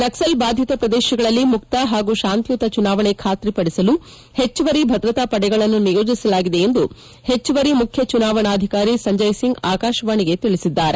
ನಕ್ಲಲ್ ಬಾಧಿತ ಪ್ರದೇಶಗಳಲ್ಲಿ ಮುಕ್ತ ಹಾಗೂ ಶಾಂತಿಯುತ ಚುನಾವಣೆ ಖಾತ್ರಿಪಡಿಸಲು ಹೆಚ್ಚುವರಿ ಭದ್ರತಾ ಪಡೆಗಳನ್ನು ನಿಯೋಜಿಸಲಾಗಿದೆ ಎಂದು ಹೆಚ್ಚುವರಿ ಮುಖ್ಯ ಚುನಾವಣಾಧಿಕಾರಿ ಸಂಜಯ್ ಸಿಂಗ್ ಆಕಾಶವಾಣಿಗೆ ತಿಳಿಸಿದ್ದಾರೆ